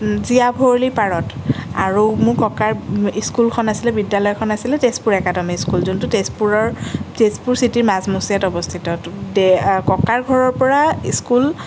জীয়া ভৰলীৰ পাৰত আৰু মোৰ ককাৰ স্কুলখন আছিলে বিদ্যালয়খন আছিলে তেজপুৰ একাডেমি স্কুল যোনটো তেজপুৰৰ তেজপুৰ চিটিৰ মাজ মজিয়াত অৱস্থিত ককাৰ ঘৰৰ পৰা স্কুল